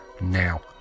now